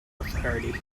authority